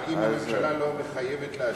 אבל אם הממשלה לא מחויבת להשיב,